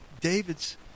David's